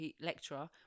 lecturer